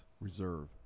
reserve